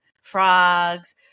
frogs